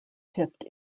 tipped